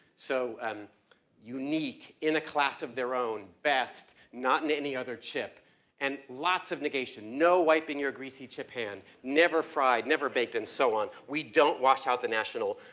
so um unique in a class of their own, best not in any other chip and lots of negation. no wiping your greasy chip hand, never fried, never baked, and so on. we don't wash out the national,